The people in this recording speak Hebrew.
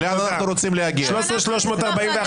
13,301